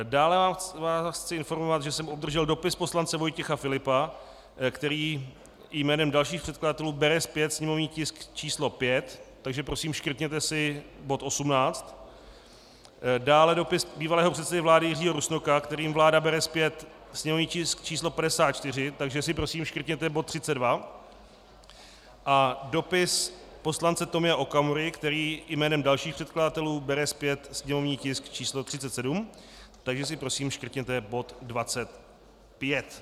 Dále vás chci informovat, že jsem obdržel dopis poslance Vojtěcha Filipa, který i jménem dalších předkladatelů bere zpět sněmovní tisk čísl 5, takže si prosím škrtněte bod 18, dále dopis bývalého předsedy vlády Jiřího Rusnoka, kterým vláda bere zpět sněmovní tisk číslo 54, takže si prosím škrtněte bod 32, a dopis poslance Tomia Okamury, který i jménem dalších předkladatelů bere zpět sněmovní tisk číslo 37, takže si prosím škrtněte bod 25.